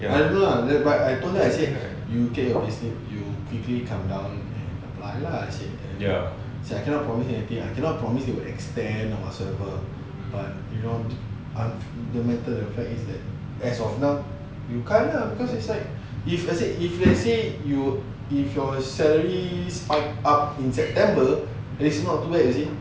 ya ya